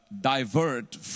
divert